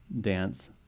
dance